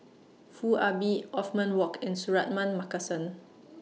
Foo Ah Bee Othman Wok and Suratman Markasan